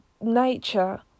nature